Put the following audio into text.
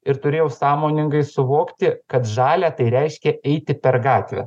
ir turėjau sąmoningai suvokti kad žalia tai reiškia eiti per gatvę